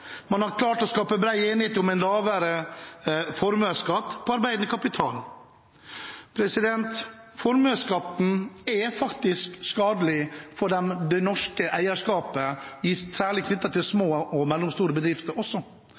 Man har lansert en gründerplan. Man har klart å skape bred enighet om en lavere formuesskatt på arbeidende kapital. Formuesskatten er faktisk skadelig for det norske eierskapet, særlig for små og mellomstore bedrifter.